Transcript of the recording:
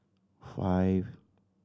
five